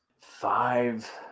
Five